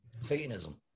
Satanism